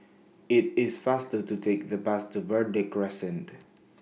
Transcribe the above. IT IS faster to Take The Bus to Verde Crescent